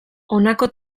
honako